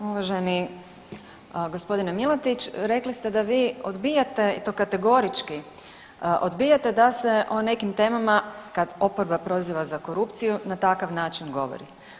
Uvaženi gospodine Milatić rekli ste da vi odbijate i to kategorički odbijate da se o nekim temama kada oporba proziva za korupciju na takav način govori.